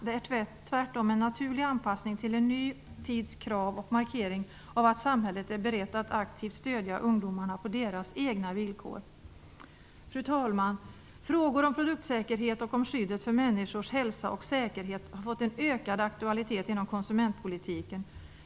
Det är tvärtom en naturlig anpassning till en ny tids krav och en markering av att samhället är berett att aktivt stödja ungdomarna på deras egna villkor. Fru talman! Frågor om produktsäkerhet och om skyddet för människors hälsa och säkerhet har fått en ökad aktualitet inom konsumentpolitiken.